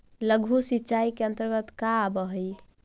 लघु सिंचाई के अंतर्गत का आव हइ?